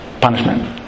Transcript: punishment